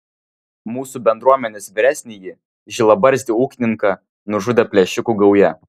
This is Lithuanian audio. mūsų bendruomenės vyresnįjį žilabarzdį ūkininką nužudė plėšikų gauja